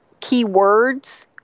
keywords